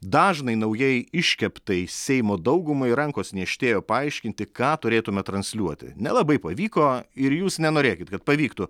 dažnai naujai iškeptai seimo daugumai rankos niežtėjo paaiškinti ką turėtume transliuoti nelabai pavyko ir jūs nenorėkit kad pavyktų